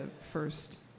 first